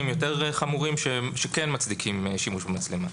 יותר חמורים שכן מצדיקים שימוש במצלמה.